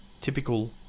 typical